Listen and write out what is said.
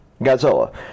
Godzilla